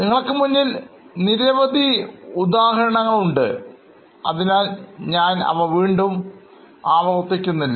നിങ്ങൾക്ക് മുന്നിൽ നിരവധി ഉദാഹരണങ്ങളുണ്ട് അതിനാൽ ഞാൻ അവ വീണ്ടും ആവർത്തിക്കുന്നില്ല